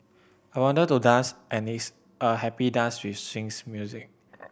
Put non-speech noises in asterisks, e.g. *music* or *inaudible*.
I wanted to dance and it's a happy dance with swings music *noise*